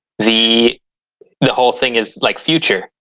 the the whole thing is like future.